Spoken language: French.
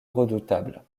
redoutable